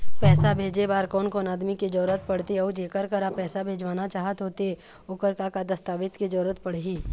पैसा भेजे बार कोन कोन आदमी के जरूरत पड़ते अऊ जेकर करा पैसा भेजवाना चाहत होथे ओकर का का दस्तावेज के जरूरत पड़ही?